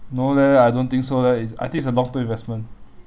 no leh I don't think so leh it's I think it's a long term investment